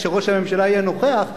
כשראש הממשלה יהיה נוכח,